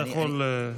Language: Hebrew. והשר יכול לבחור להשיב.